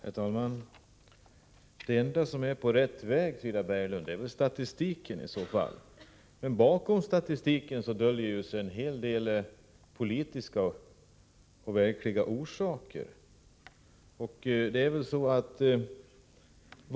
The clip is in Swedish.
Herr talman! Det enda som är på rätt väg är väl statistiken, Frida Berglund. Bakom statistiken döljer sig en hel del politiska och verkliga orsaker.